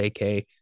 AK